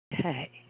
Okay